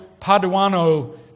Paduano